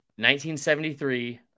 1973